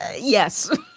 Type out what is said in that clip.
yes